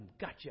gotcha